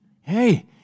Hey